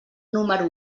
número